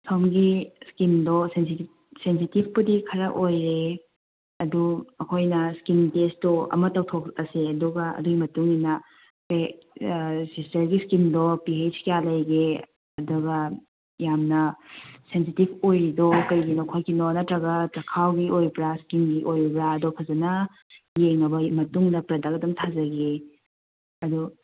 ꯁꯣꯝꯒꯤ ꯏꯁꯀꯤꯟꯗꯣ ꯁꯦꯟꯁꯤꯇꯤꯕꯄꯨꯗꯤ ꯈꯔ ꯑꯣꯏꯔꯦ ꯑꯗꯨ ꯑꯩꯈꯣꯏꯅ ꯏꯁꯀꯤꯟ ꯇꯦꯁꯇꯨ ꯑꯃ ꯇꯧꯊꯣꯛꯂꯁꯦ ꯑꯗꯨꯒ ꯑꯗꯨꯒꯤ ꯃꯇꯨꯡ ꯏꯟꯅ ꯑꯩꯈꯣꯏ ꯑꯥ ꯁꯤꯁꯇꯔꯒꯤ ꯏꯁꯀꯤꯟꯗꯣ ꯄꯤ ꯍꯩꯁ ꯀꯌꯥ ꯂꯩꯒꯦ ꯑꯗꯨꯒ ꯌꯥꯝꯅ ꯁꯦꯟꯁꯤꯇꯤꯕ ꯑꯣꯏꯔꯤꯗꯣ ꯀꯔꯤꯒꯤꯅꯣ ꯈꯣꯠꯀꯤꯅꯣ ꯅꯠꯇ꯭ꯔꯒ ꯆꯥꯈꯥꯎꯒꯤ ꯑꯣꯏꯕ꯭ꯔꯥ ꯏꯁꯀꯤꯟꯒꯤ ꯑꯣꯏꯕ꯭ꯔꯥꯗꯣ ꯐꯖꯅ ꯌꯦꯡꯂꯕ ꯃꯇꯨꯡꯗ ꯄ꯭ꯔꯗꯛ ꯑꯗꯨꯝ ꯊꯥꯖꯒꯦ ꯑꯗꯨ